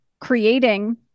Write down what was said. creating